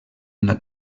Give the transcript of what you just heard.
una